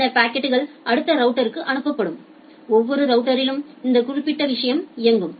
பின்னர் பாக்கெட்கள் அடுத்த ரவுட்டர்க்கு அனுப்பப்படும் ஒவ்வொரு ரவுட்டரிலும் இந்த குறிப்பிட்ட விஷயம் இயங்கும்